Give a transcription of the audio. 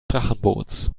drachenboots